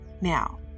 Now